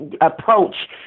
approach